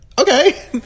okay